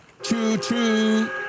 Choo-choo